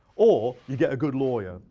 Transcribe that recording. or you get a good lawyer,